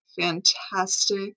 fantastic